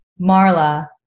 Marla